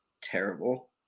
terrible